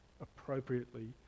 appropriately